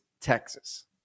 Texas